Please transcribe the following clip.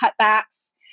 cutbacks